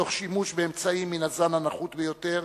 תוך שימוש באמצעים מן הזן הנחות ביותר,